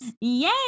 Yay